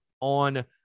on